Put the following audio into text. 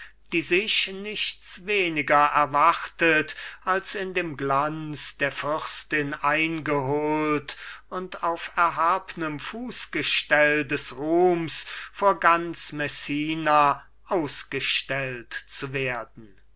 die sich nichts weniger erwartet als in dem glanz der fürstin eingeholt und auf erhabnem fußgestell des ruhms vor ganz messina ausgestellt zu werden